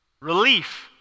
relief